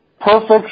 Perfect